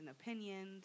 opinions